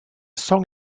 song